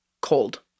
cold